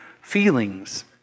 feelings